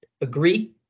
agree